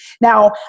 now